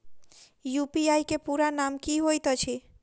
UPI केँ पूरा नाम की होइत अछि?